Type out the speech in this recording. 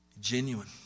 genuine